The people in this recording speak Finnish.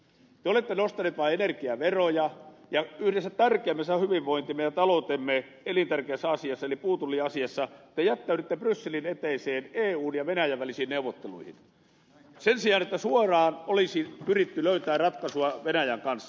te olette nostaneet vain energiaveroja ja yhdessä tärkeimmistä asioista elintärkeässä hyvinvointimme ja taloutemme asiassa eli puutulliasiassa te jättäydytte brysselin eteiseen eun ja venäjän välisiin neuvotteluihin sen sijaan että suoraan olisi pyritty löytämään ratkaisua venäjän kanssa